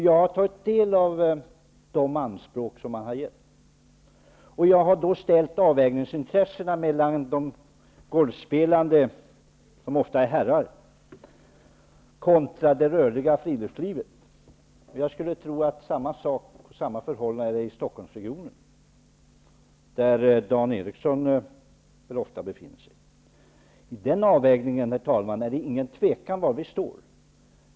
Jag har tagit del av de anspråk som har gjorts. Jag har ställt de golfspelandes intresse -- de är ofta herrar -- kontra det rörliga friluftslivets. Jag skulle tro att samma förhållande råder i Stockholmsregionen, där Dan Eriksson ofta befinner sig. I den avvägningen, herr talman, råder det inget tvivel om var vi står.